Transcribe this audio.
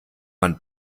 man